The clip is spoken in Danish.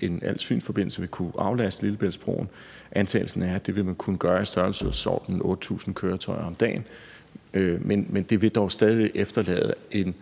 en Als-Fyn-forbindelse vil kunne aflaste Lillebæltsbroen. Antagelsen er, at det vil den kunne gøre i størrelsesordenen 8.000 køretøjer om dagen, men det vil dog stadig efterlade en